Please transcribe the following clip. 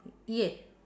ye~